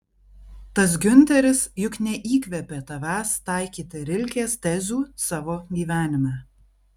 tas giunteris juk neįkvėpė tavęs taikyti rilkės tezių savo gyvenime